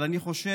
אבל אני חושב